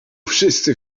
wszyscy